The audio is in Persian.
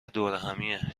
دورهمیه